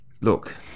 look